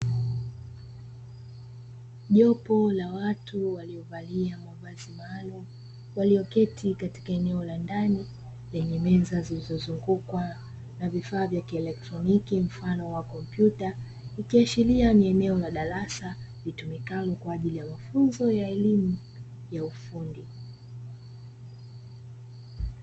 Jopo la watu waliovalia mavazi maalumu, walioketi katika eneo la ndani lenye meza zilizozungukwa na vifaa vya kielektroniki mfano wa kompyuta, ikiashiria ni eneo la darasa litumikalo kwa ajili ya mafunzo ya elimu ya ufundi.